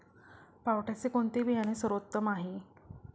पावट्याचे कोणते बियाणे सर्वोत्तम आहे?